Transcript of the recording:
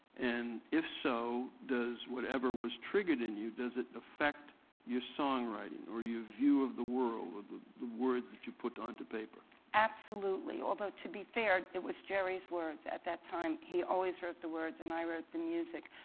and if so, does whatever was triggered in you, does it affect your songwriting or your view of the world, or the the words that you put onto paper? carole king absolutely. although, to be fair, it was gerry's words. at that time, he always wrote the words and i wrote the music.